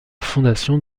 fondation